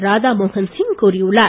ராதா மோகன்சிங் கூறியுள்ளார்